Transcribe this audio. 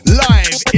live